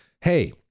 hey